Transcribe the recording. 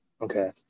Okay